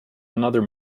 another